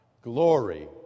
glory